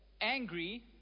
angry